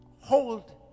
hold